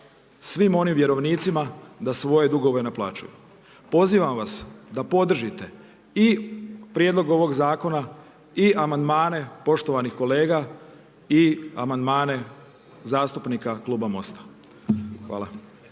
svim onim vjerovnicima da svoje dugove naplaćuju. Pozivam vas da podržite i prijedlog ovog zakona i amandmane poštovanih kolega i amandmane zastupnika Kluba Most-a. Hvala.